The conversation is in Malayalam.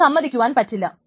ഇത് സമ്മതിക്കുവാൻ പറ്റില്ല